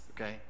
okay